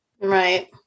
Right